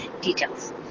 details